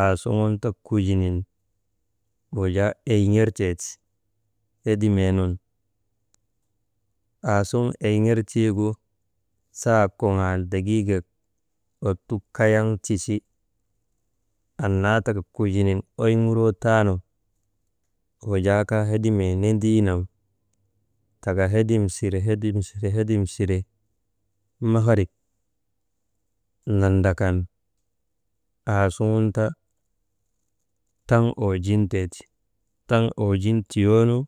aasuŋun ti kujinin wujaa eyiŋertee ti hedimee nun. Aasuŋun eyiŋertiigu saak kuŋaal degiigak ottuk kayaŋ tisi, annaa taka kujinin oyŋurootaanu, wujaa kaa hedimee n̰ediinun taka hedim «hèsitation» mukhirib nandrakan aasuŋun ta taŋ owojinteeti, taŋ owojin tiyoonu.